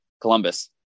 Columbus